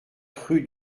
rue